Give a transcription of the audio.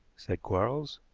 said quarles.